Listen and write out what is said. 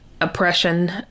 Oppression